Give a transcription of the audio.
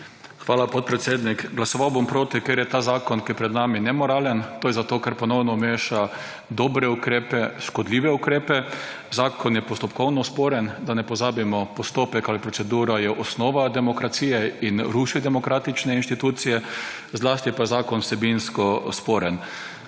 Hvala, podpredsednik. Glasoval bom proti, ker je ta zakon, ki je pred nami nemoralen. To je zato, ker ponovno meša dobre ukrepe, škodljive ukrepe. Zakon je postopkovno sporen, da ne pozabimo postopek ali procedura je osnovna demokracije in ruši demokratične institucije zlasti pa zakon je vsebinsko sporen.